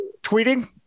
tweeting